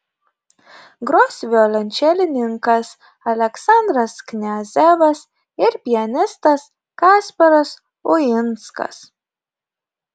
gros violončelininkas aleksandras kniazevas ir pianistas kasparas uinskas